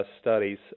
studies